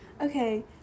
okay